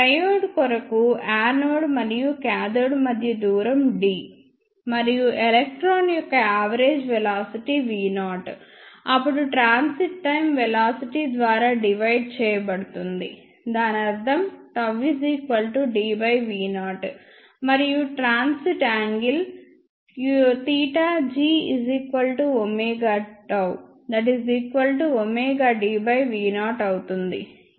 triode కొరకు anode మరియు cathode మధ్య దూరం d మరియు ఎలక్ట్రాన్ యొక్క యావరేజ్ వెలాసిటీ v0 అప్పుడు ట్రాన్సిట్ టైమ్ వెలాసిటీ ద్వారా డివైడ్ చేయబడుతుంది దాని అర్ధం τdV0 మరియు ట్రాన్సిట్ యాంగిల్ g ωτ ωdV0 అవుతుంది